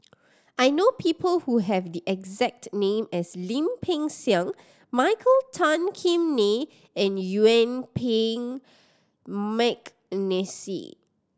I know people who have the exact name as Lim Peng Siang Michael Tan Kim Nei and Yuen Peng McNeice